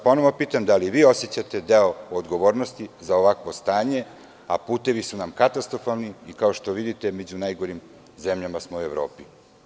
Ponovo vas pitam, da li i vi osećate deo odgovornosti za ovakvo stanje, a putevi su nam katastrofalni i kao što vidite među najgorim zemljama smo u Evropi.